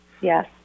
Yes